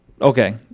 Okay